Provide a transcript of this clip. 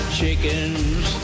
chickens